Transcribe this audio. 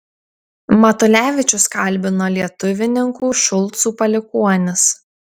matulevičius kalbino lietuvininkų šulcų palikuonis